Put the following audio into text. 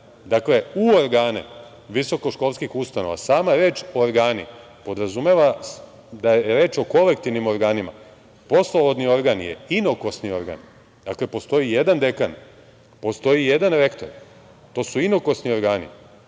birani u organe visokoškolskih ustanova. Sama reč organi podrazumeva da je reč o kolektivnim organima. Poslovodni organ je inokosni organ. Dakle, postoji jedan dekan, postoji jedan rektor. To su inokosni organi,